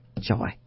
joy